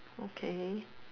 okay